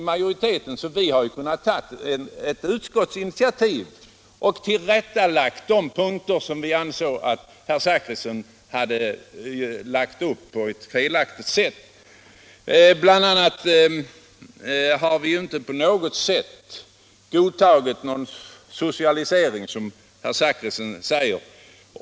Utskottet har kunnat ta initiativ och tillrättalägga de punkter som vi anser att herr Zachrisson hade lagt upp på ett felaktigt sätt. Vi har sålunda på intet sätt godtagit en socialisering, som herr Zachrisson sade.